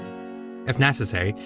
if necessary,